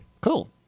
cool